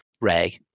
Ray